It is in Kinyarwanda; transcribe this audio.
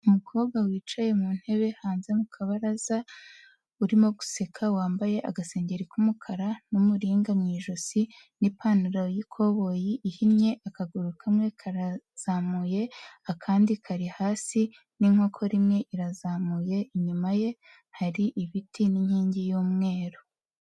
Umukobwa wicaye mu ntebe, hanze mu kabaraza, urimo guseka, wambaye agasengeri k'umukara, n'umuringa mu ijosi, n'ipantaro y'ikoboyi ihinnye, akaguru kamwe karazamuye, akandi kari hasi, n'inkokora imwe irazamuye, inyuma ye, hari ibiti n'inkingi y'umweru.